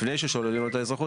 לפני ששוללים לו את האזרחות.